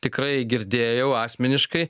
tikrai girdėjau asmeniškai